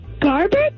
Garbage